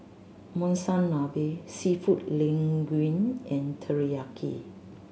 Monsunabe Seafood Linguine and Teriyaki